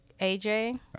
AJ